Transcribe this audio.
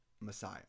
Messiah